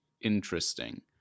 interesting